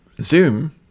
Zoom